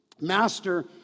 Master